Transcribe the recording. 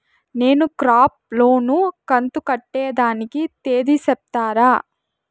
నేను crop loan కంతు కట్టేదానికి తేది సెప్తారా?